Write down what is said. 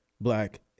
black